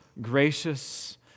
gracious